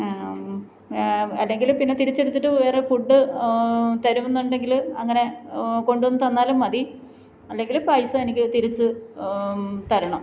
അല്ലെങ്കില് പിന്നെ തിരിച്ചെടുത്തിട്ട് വേറെ ഫുഡ് തരുമെന്നുണ്ടെങ്കില് അങ്ങനെ കൊണ്ടുവന്നു തന്നാലും മതി അല്ലെങ്കില് പൈസ എനിക്ക് തിരിച്ച് തരണം